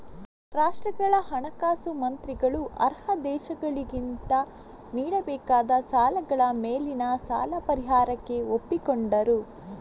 ರಾಷ್ಟ್ರಗಳ ಹಣಕಾಸು ಮಂತ್ರಿಗಳು ಅರ್ಹ ದೇಶಗಳಿಂದ ನೀಡಬೇಕಾದ ಸಾಲಗಳ ಮೇಲಿನ ಸಾಲ ಪರಿಹಾರಕ್ಕೆ ಒಪ್ಪಿಕೊಂಡರು